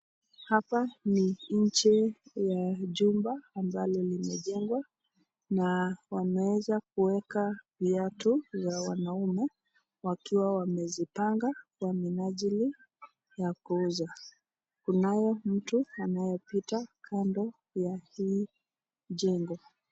Hapa ni nje ya jumba ambalo limejengwa na wameweza kuweka viatu za wanaume wakiwa wamezipanga kwa minajili ya kuuza. Kunaye mtu anayepita kando ya hii jengo.